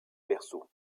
berceau